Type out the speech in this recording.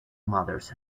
mothers